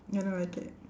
ya I don't like it